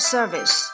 Service